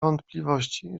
wątpliwości